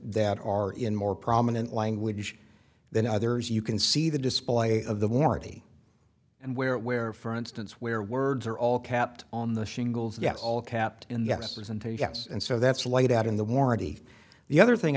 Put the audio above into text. that are in more prominent language than others you can see the display of the warranty and where it where for instance where words are all kept on the shingles yet all kept in yesterday's and two yes and so that's laid out in the warranty the other thing